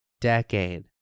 decade